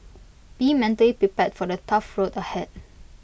be mentally prepared for the tough road ahead